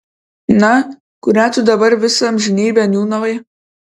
na kurią tu dabar visą amžinybę niūniavai